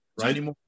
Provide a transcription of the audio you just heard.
right